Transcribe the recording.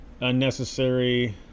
unnecessary